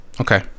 Okay